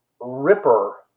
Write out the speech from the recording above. ripper